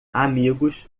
amigos